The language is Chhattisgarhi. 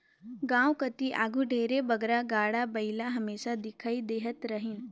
गाँव कती आघु ढेरे बगरा गाड़ा बइला हमेसा दिखई देहत रहिन